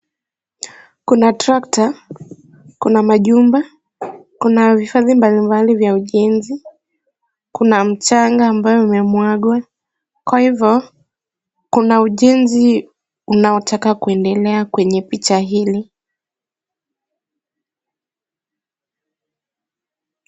Kuna trekta , kuna majumba kuna vifaa mbali mbali vya ujenzi. Kuna mchanga ambayo imemwagwa. Kwa hivyo, kuna ujenzi unaotaka kuendelea kwenye picha hili.